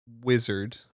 wizard